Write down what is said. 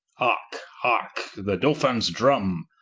harke, harke, the dolphins drumme,